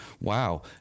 Wow